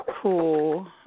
cool